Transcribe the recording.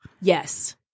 Yes